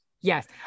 Yes